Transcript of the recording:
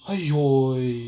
!aiyo!